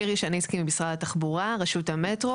שמי שירי שניצקי ממשרד התחבורה, רשות המטרו.